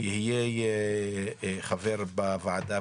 יהיה חבר בוועדה,